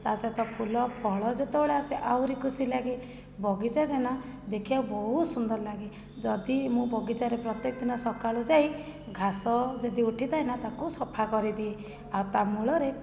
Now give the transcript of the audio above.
ତା ସହିତ ଫୁଲ ଫଳ ଯେତେବେଳେ ଆସେ ଆହୁରି ଖୁସି ଲାଗେ ବଗିଚାରେ ନା ଦେଖିବାକୁ ବହୁତ ସୁନ୍ଦର ଲାଗେ ଯଦି ମୁଁ ବଗିଚାରେ ପ୍ରତ୍ୟେକଦିନ ସକାଳୁ ଯାଇ ଘାସ ଯଦି ଉଠିଥାଏନା ତାକୁ ସଫା କରିଦିଏ ଆଉ ତାମୂଳରେ